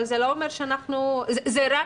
וזה רק